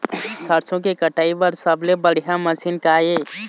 सरसों के कटाई बर सबले बढ़िया मशीन का ये?